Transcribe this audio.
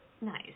Nice